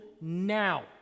now